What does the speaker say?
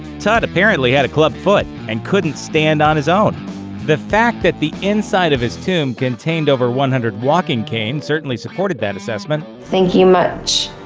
tut apparently had a clubbed foot and couldn't stand on his own the fact that the inside of his tomb contained over one hundred walking canes certainly supported that assessment. thank you much,